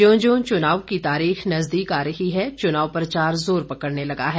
ज्यों ज्यों चुनाव की तारीख नजदीक आ रही है चुनाव प्रचार जोर पकड़ने लगा है